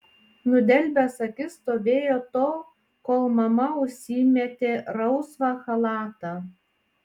nudelbęs akis stovėjo tol kol mama užsimetė rausvą chalatą